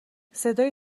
صدای